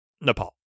Nepal